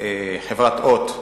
חברת "הוט"